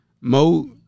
Mo